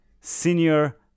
Senior